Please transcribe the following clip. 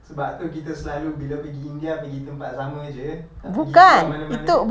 sebab itu kita selalu bila pergi india pergi tempat sama sahaja eh tak pergi keluar pergi mana-mana